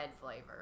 flavor